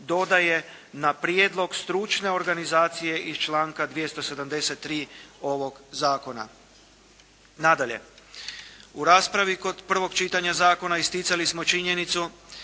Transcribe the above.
dodaje «na prijedlog stručne organizacije iz članka 273. ovog Zakona». Nadalje u raspravi kod prvog čitanja zakona isticali smo činjenicu